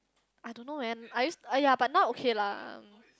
I don't know when I used !aiya! but now okay lah